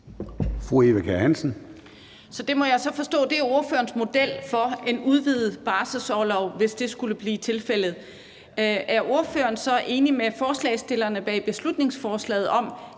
er ordførerens model for en udvidet barselsorlov, hvis det skulle blive tilfældet. Er ordføreren så enig med forslagsstillerne bag beslutningsforslaget i,